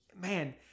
Man